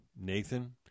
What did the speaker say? Nathan